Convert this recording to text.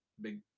big